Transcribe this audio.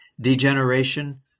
degeneration